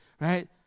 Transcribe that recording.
right